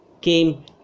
came